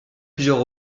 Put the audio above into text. plusieurs